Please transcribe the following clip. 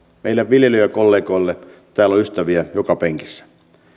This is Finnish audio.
meille viljelijäkollegoille täällä on ystäviä joka penkissä